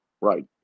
Right